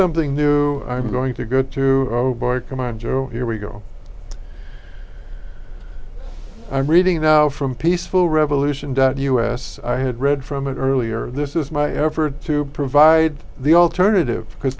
something new i'm going to go to obama come on joe here we go i'm reading now from peaceful revolution to us i had read from it earlier this is my effort to provide the alternative because